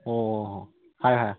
ꯑꯣ ꯑꯣ ꯑꯣ ꯍꯥꯏꯌꯣ ꯍꯥꯏꯌꯣ